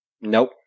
Nope